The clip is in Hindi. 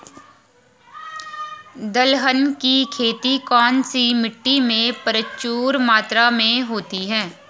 दलहन की खेती कौन सी मिट्टी में प्रचुर मात्रा में होती है?